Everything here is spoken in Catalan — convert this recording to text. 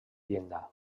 llinda